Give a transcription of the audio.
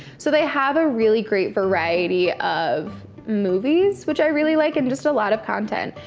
so they have a really great variety of movies, which i really like, and just a lot of content.